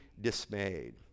dismayed